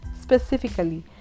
specifically